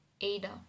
Ada